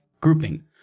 grouping